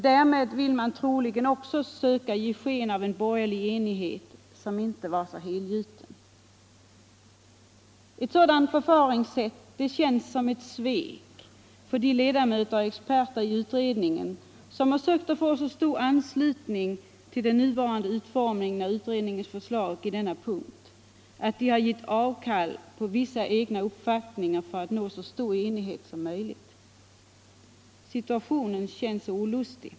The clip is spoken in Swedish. Därmed vill man troligen också söka ge sken av en borgerlig enighet som inte var så helgiuten. Ett sådant förfaringssätt känns som ett svek för de ledamöter och experter i utredningen som sökt få så stor anslutning till den nuvarande utformningen av utredningens förslag på denna punkt att de gett avkall på vissa egna uppfattningar för att nå så stor enighet som möjligt. Situationen känns olustig.